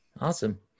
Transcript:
Awesome